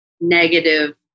negative